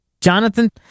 Jonathan